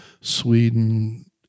Sweden